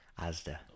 Asda